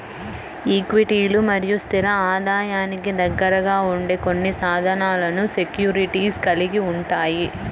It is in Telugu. ఈక్విటీలు మరియు స్థిర ఆదాయానికి దగ్గరగా ఉండే కొన్ని సాధనాలను సెక్యూరిటీస్ కలిగి ఉంటాయి